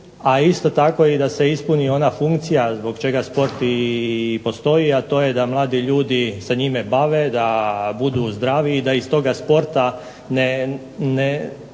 a isto tako da ispuni ona funkcija zbog koje sport i postoji a to je da mladi ljudi se njime bave, da budu zdravi, da iz toga sporta ne